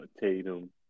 Tatum